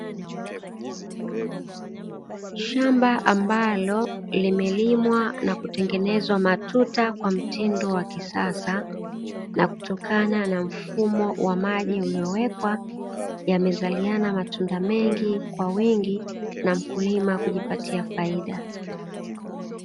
Shamba ambalo limelimwa na kutengenezwa matuta kwa mtindo wa kisasa na kutokana na mfumo wa maji uliowekwa, yamezaliana matunda mengi kwa wingi na mkulima kujipatia faida.